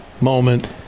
moment